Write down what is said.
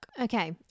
Okay